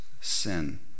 sin